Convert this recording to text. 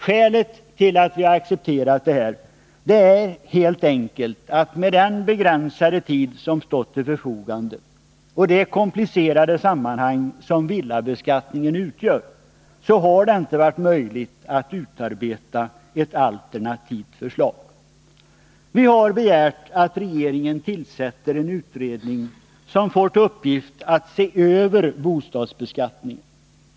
Skälet till att vi har accepterat detta är helt enkelt att det med den begränsade tid som stått till förfogande och det komplicerade sammanhang som villabeskattningen utgör inte har varit möjligt att utarbeta ett alternativt förslag. Vi har begärt att regeringen tillsätter en utredning som får till uppgift att se över bostadsbeskattningen.